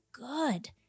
good